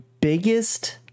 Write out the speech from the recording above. biggest